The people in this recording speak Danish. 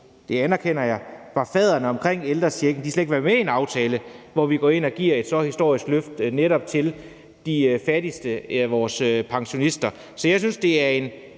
det anerkender jeg – stod fadder til ældrechecken, slet ikke ville være med i en aftale, hvor vi går ind og giver et så historisk løft til netop de fattigste af vores pensionister. Så jeg synes, det er en